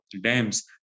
dams